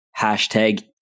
Hashtag